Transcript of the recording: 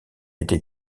été